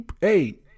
Hey